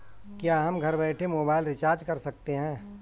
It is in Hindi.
क्या हम घर बैठे मोबाइल रिचार्ज कर सकते हैं?